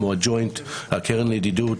הג'וינט והקרן לידידות